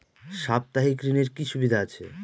সাপ্তাহিক ঋণের কি সুবিধা আছে?